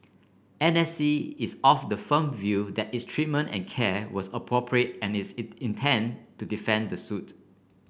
N S C is of the firm view that its treatment and care was appropriate and it's in intends to defend the suit